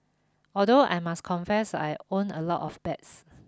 although I must confess I won a lot of bets